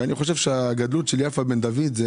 ואני חושב שהגדלות של יפה בן דוד היא